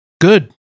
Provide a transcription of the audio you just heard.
good